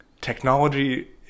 technology